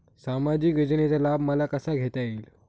सामाजिक योजनेचा लाभ मला कसा घेता येईल?